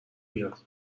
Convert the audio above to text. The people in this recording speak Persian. بیار